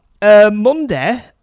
Monday